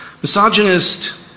Misogynist